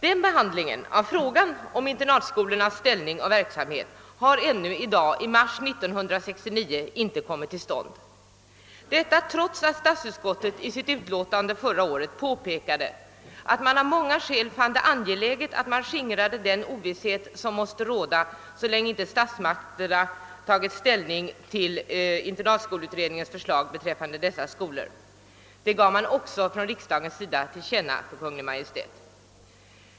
Men behandlingen av frågan om internatskolornas ställning och verksamhet har ännu i dag, i mars 1969, inte kommit till stånd. Statsutskottet påpekade dock i sitt utlåtande förra året att man av många skäl fann det angeläget att skingra den ovisshet som måste råda så länge statsmakterna inte tagit ställning till internatskoleutredningens förslag en uppfattning som även riksdagen gett till känna för Kungl. Maj:t.